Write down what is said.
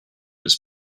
his